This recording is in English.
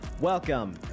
Welcome